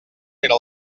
era